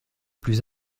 plus